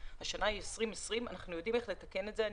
השנה היא 2020 ואנחנו יודעים איך לתקן את זה.